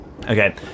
okay